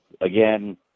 Again